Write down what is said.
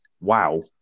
wow